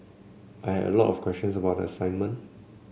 I had a lot of questions about the assignment